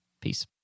Peace